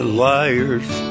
liar's